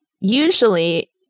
usually